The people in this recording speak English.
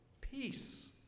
Peace